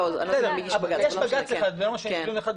לא, --- יש בג"צ אחד, יש דיון אחד בבג"צ,